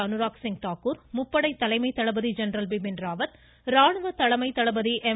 அனுராக் சிங் தாக்கூர் முப்படை தலைமை தளபதி ஜெனரல் பிபின் ராவத் ராணுவ தலைமை தளபதி எம்